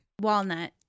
Walnut